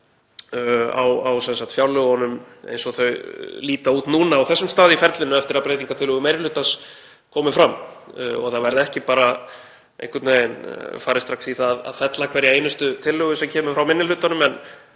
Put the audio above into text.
á fjárlögunum eins og þau líta út núna á þessum stað í ferlinu eftir að breytingartillögur meiri hlutans komu fram og það verði ekki farið strax í það að fella hverja einustu tillögu sem kemur frá minni hlutanum en